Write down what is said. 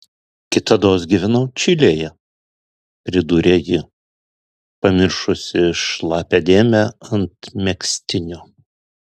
kitados gyvenau čilėje pridūrė ji pamiršusi šlapią dėmę ant megztinio